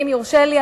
ואם יורשה לי,